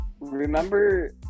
remember